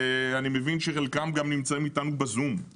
אני מבין שחלקם גם נמצאים אתנו בזום.